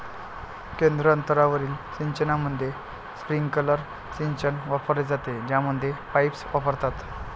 केंद्र अंतरावरील सिंचनामध्ये, स्प्रिंकलर सिंचन वापरले जाते, ज्यामध्ये पाईप्स वापरतात